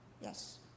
yes